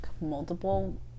multiple